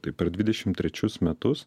tai per dvidešimt trečius metus